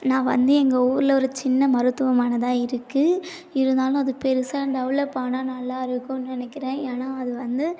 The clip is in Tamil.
நான் வந்து எங்கள் ஊரில் ஒரு சின்ன மருத்துவமனை தான் இருக்குது இருந்தாலும் அது பெருசாக டெவலப் ஆனால் நல்லா இருக்கேன் நினைக்குறேன் ஏன்னா அது வந்து